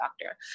doctor